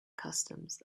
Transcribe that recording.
customs